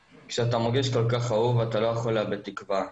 כשאתה מרגיש כל כך אהוב אתה לא יכול לאבד תקווה.